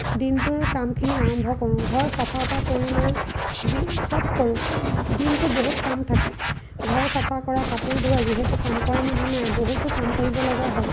দিনটোৰ কামখিনি আৰম্ভ কৰোঁ ঘৰ চাফাৰ পৰা কৰি লৈ দি সব কৰোঁ দিনটো বহুত কাম থাকে ঘৰ চাফা কৰা কাপোৰ ধোৱা যিহেতো কাম কৰা মানুহ নাই বহুতো কাম কৰিব লগা হয়